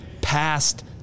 passed